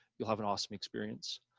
you'll have an awesome experience